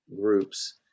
groups